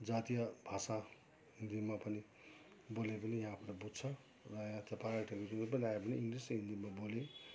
जातिय भाषा हिन्दीमा पनि बोले पनि यहाँ आफ्नो बुझ्छ र यहाँ पार्यटक जो पनि आए पनि इङ्ग्लिस हिन्दीमा बोले